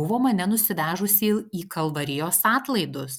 buvo mane nusivežusi į kalvarijos atlaidus